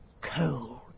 cold